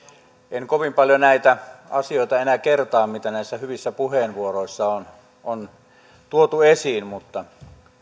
en kovin paljon näitä asioita enää kertaa joita näissä hyvissä puheenvuoroissa on on tuotu esiin mutta